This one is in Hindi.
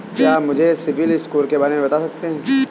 क्या आप मुझे सिबिल स्कोर के बारे में बता सकते हैं?